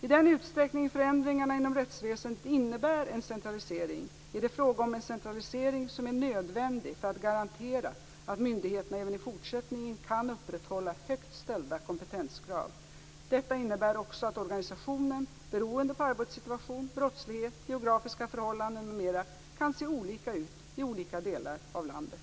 I den utsträckning som förändringarna inom rättsväsendet innebär en centralisering, är det fråga om en centralisering som är nödvändig för att garantera att myndigheterna även i fortsättningen kan upprätthålla högt ställda kompetenskrav. Detta innebär också att organisationen, beroende på arbetssituation, brottslighet, geografiska förhållanden m.m., kan se olika ut i olika delar av landet.